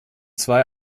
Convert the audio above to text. zwei